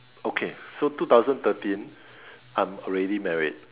okay so two thousand thirteen I'm already married